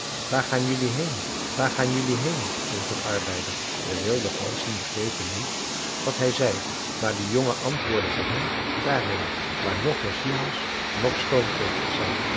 waar ga jelui heen waar ga jelui heen riep een arbeider de wilde ganzen begrepen niet wat hij zei maar de jongen antwoordde voor hen daarheen waar noch machines noch stoomketels zijn